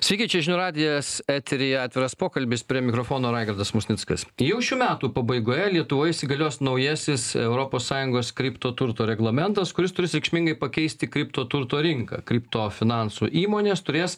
sveiki čia žinių radijas eteryje atviras pokalbis prie mikrofono raigardas musnickas jau šių metų pabaigoje lietuvoje įsigalios naujasis europos sąjungos kripto turto reglamentas kuris turės reikšmingai pakeisti kripto turto rinką kripto finansų įmonės turės